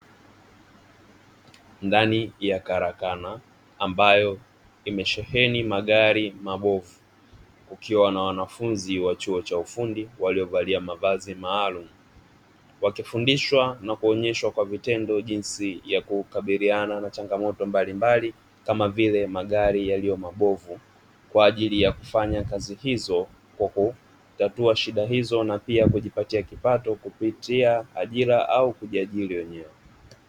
Ndani ya karakana ambayo imesheheni magari mabovu kukiwa na wanafunzi wa chuo cha ufundi waliovalia mavazi maalum, wakifundishwa na kuonyeshwa kwa vitendo jinsi ya kukabiliana na changamoto mbalimbali kama vile magari yaliyomabovu kwa ajili ya kufanya kazi hizo na pia kujipatia kipato kupitia ajira au kujiajiri wenyewe.